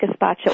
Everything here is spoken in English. gazpacho